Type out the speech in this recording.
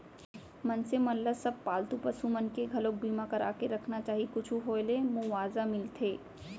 मनसे मन ल सब पालतू पसु मन के घलोक बीमा करा के रखना चाही कुछु होय ले मुवाजा मिलथे